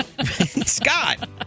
Scott